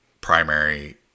primary